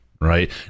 right